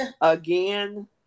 again